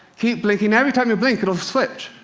keep blinking. every time you blink, it will switch.